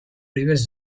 previous